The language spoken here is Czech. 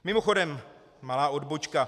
Mimochodem malá odbočka.